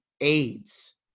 AIDS